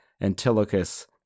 Antilochus